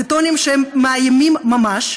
וטונים שהם מאיימים ממש?